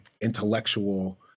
intellectual